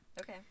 okay